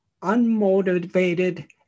unmotivated